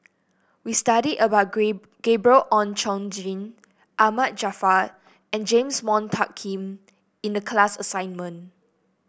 we studied about Gabriel Oon Chong Jin Ahmad Jaafar and James Wong Tuck Yim in the class assignment